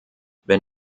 wenn